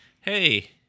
hey